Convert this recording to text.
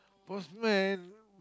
postman